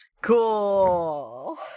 Cool